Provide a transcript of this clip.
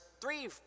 three